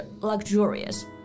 luxurious